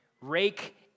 rake